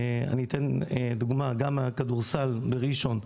אני אתן דוגמה גם מהכדורסל בראשון.